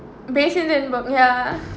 basin didn't work ya